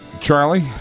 Charlie